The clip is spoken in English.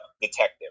detective